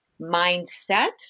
mindset